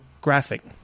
graphic